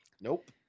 Nope